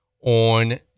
on